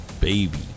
baby